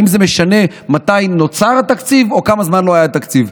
האם זה משנה מתי נוצר תקציב או כמה זמן לא היה תקציב?